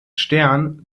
stern